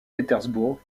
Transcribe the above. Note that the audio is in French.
pétersbourg